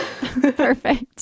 perfect